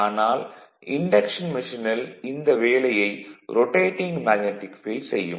ஆனால் இன்டக்ஷன் மெஷினில் இந்த வேலையை ரொடேடிங் மேக்னடிக் ஃபீல்டு செய்யும்